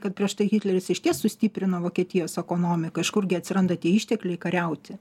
kad prieš tai hitleris išties sustiprino vokietijos ekonomiką iš kurgi atsiranda tie ištekliai kariauti